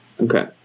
Okay